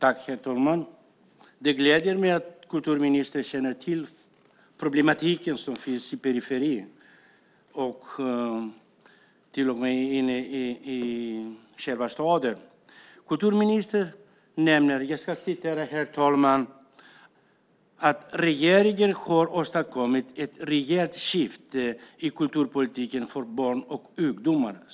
Herr talman! Det gläder mig att kulturministern känner till problematiken som finns i periferin och till och med inne i själva staden. Kulturministern nämner att regeringen "har åstadkommit ett reellt skifte i kulturpolitiken för barn och ungdomar".